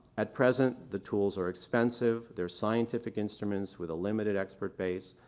at present, the tools are expensive, there's scientific instruments with a limited expert base.